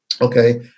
Okay